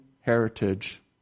heritage